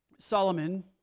Solomon